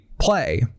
play